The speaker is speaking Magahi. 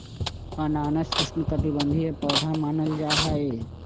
अनानास उष्णकटिबंधीय पौधा मानल जाहई